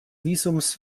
visums